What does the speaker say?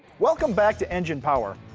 welcome back to engine power.